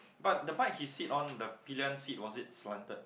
but the bike he sit on the pillion seat was it slanted